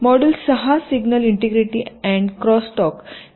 module सहा signal integrity and crosstalk विषयी संबंधित आहेत